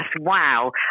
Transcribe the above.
wow